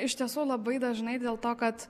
iš tiesų labai dažnai dėl to kad